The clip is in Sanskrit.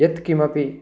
यत् किमपि